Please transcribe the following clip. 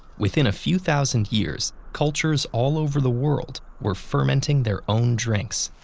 within a few thousand years, cultures all over the world were fermenting their own drinks.